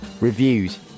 Reviews